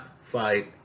fight